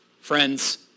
friends